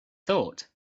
thought